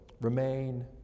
remain